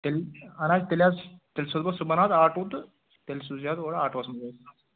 تیٚلہِ اہن حظ تیٚلہِ حظ تیٚلہِ سوزٕ بہٕ صُبَحن حظ آٹوٗ تہٕ تیٚلہِ سوٗزِزِ حظ اورٕ آٹوَس منٛز حظ